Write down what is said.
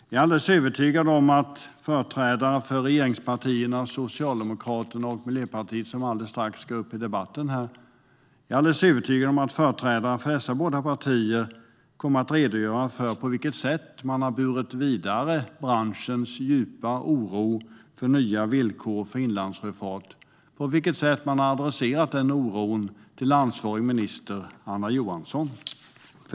Jag är alldeles övertygad om att företrädare för regeringspartierna Socialdemokraterna och Miljöpartiet som alldeles strax ska upp i debatten kommer att redogöra för på vilket sätt man har burit vidare branschens djupa oro över nya villkor för inlandssjöfarten och på vilket sätt man har adresserat den oron till ansvarig minister Anna Johansson.